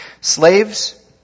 Slaves